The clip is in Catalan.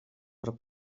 però